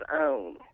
own